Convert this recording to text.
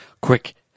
quick